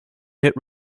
hit